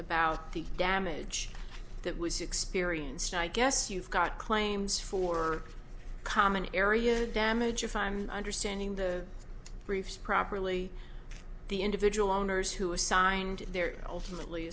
about the damage that was experienced i guess you've got claims for common area damage if i'm understanding the briefs properly the individual owners who assigned there ultimately